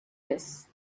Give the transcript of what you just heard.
this